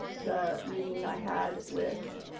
the meeting i had with